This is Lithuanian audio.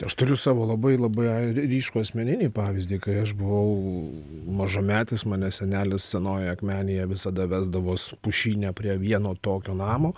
aš turiu savo labai labai ai ryškų asmeninį pavyzdį kai aš buvau mažametis mane senelis senojoje akmenėje visada vesdavos pušyne prie vieno tokio namo